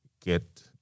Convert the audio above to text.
get